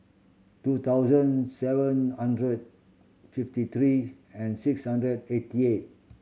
two thousand seven hundred fifty three and six hundred eighty eight